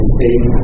State